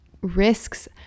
risks